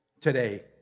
today